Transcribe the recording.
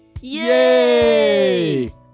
Yay